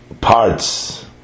parts